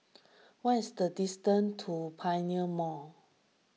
what is the distance to Pioneer Mall